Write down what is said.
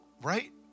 right